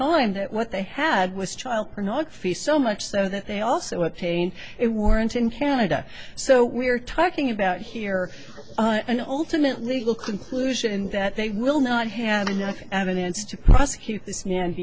time that what they had was child pornography so much so that they also obtained it warrants in canada so we're talking about here and ultimately legal conclusion that they will not have enough evidence to prosecute